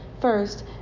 First